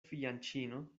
fianĉino